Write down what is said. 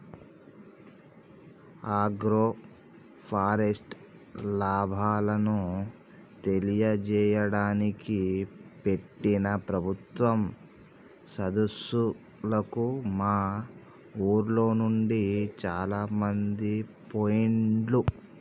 agroforest లాభాలను తెలియజేయడానికి పెట్టిన ప్రభుత్వం సదస్సులకు మా ఉర్లోనుండి చాలామంది పోయిండ్లు